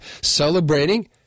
celebrating